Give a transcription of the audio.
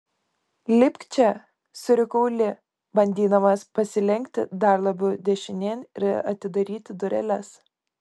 lipk čia surikau li bandydamas pasilenkti dar labiau dešinėn ir atidaryti dureles